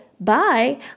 Bye